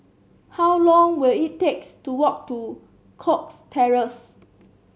how long will it takes to walk to Cox Terrace